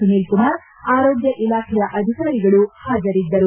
ಸುನೀಲ್ ಕುಮಾರ್ ಆರೋಗ್ಯ ಇಲಾಖೆಯ ಅಧಿಕಾರಿಗಳು ಹಾಜರಿದ್ದರು